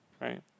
right